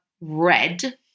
red